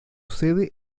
sede